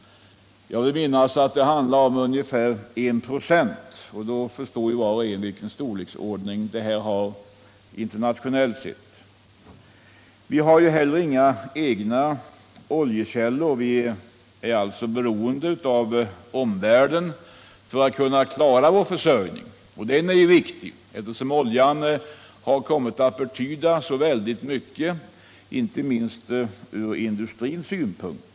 Jag vill minnas att det handlar om ungefär 1 96, och då förstår var och en vilken storleksordning detta har internationellt sett. Vi har inte heller några egna oljekällor, utan vi är beroende av omvärlden för att kunna klara vår försörjning. Att vi gör det är viktigt, eftersom oljan har kommit att betyda så mycket inte minst ur industrins synpunkt.